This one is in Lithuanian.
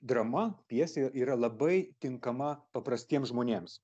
drama pjesė ir yra labai tinkama paprastiems žmonėms